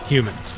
Humans